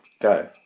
go